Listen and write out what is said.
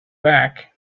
back